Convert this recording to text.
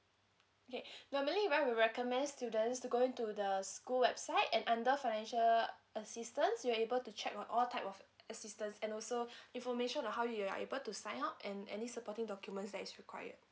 okay normally why me recommends student to go into the school website and under financial assistance you're able to check on all type of assistance and also information on how you are able to sign up and any supporting documents that is required